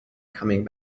coming